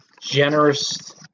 generous